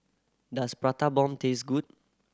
does Prata Bomb taste good